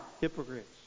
hypocrites